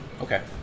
Okay